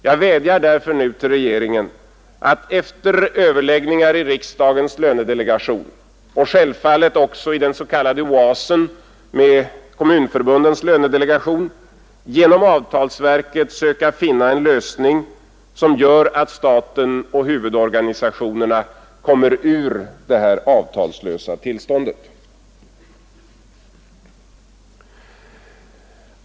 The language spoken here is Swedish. Jag vädjar därför nu till regeringen att efter överläggningar i riksdagens lönedelegation och självfallet också i den s.k. OAS, som ju är en samarbetsdelegation mellan kommunförbundens lönedelegation och avtalsverket, söka finna en lösning, som gör att staten och huvudorganisationerna kommer ur det här avtalslösa tillståndet.